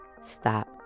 stop